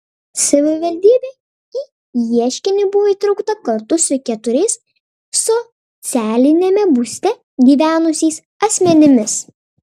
savivaldybė į ieškinį buvo įtraukta kartu su keturiais socialiniame būste gyvenusiais asmenimis